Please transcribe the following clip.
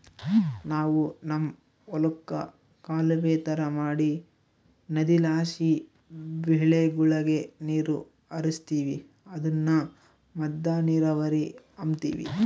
ನಾವು ನಮ್ ಹೊಲುಕ್ಕ ಕಾಲುವೆ ತರ ಮಾಡಿ ನದಿಲಾಸಿ ಬೆಳೆಗುಳಗೆ ನೀರು ಹರಿಸ್ತೀವಿ ಅದುನ್ನ ಮದ್ದ ನೀರಾವರಿ ಅಂಬತೀವಿ